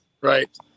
Right